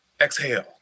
exhale